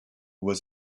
was